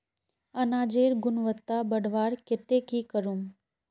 अनाजेर गुणवत्ता बढ़वार केते की करूम?